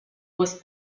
was